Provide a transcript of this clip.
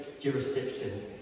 jurisdiction